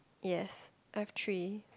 yes I have three